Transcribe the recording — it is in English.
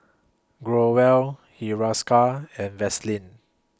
Growell Hiruscar and Vaselin